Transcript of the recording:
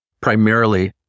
primarily